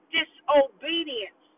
disobedience